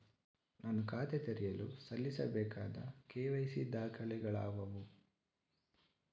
ನಾನು ಖಾತೆ ತೆರೆಯಲು ಸಲ್ಲಿಸಬೇಕಾದ ಕೆ.ವೈ.ಸಿ ದಾಖಲೆಗಳಾವವು?